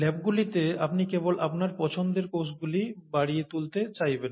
ল্যাবগুলিতে আপনি কেবল আপনার পছন্দের কোষগুলি বাড়িয়ে তুলতে চাইবেন